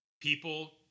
People